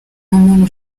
umuntu